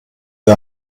wir